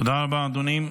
תודה רבה, אדוני.